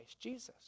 Jesus